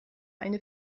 eine